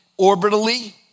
orbitally